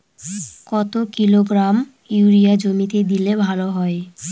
কত kilogram urea জমিতে দিলে ভালো হয়?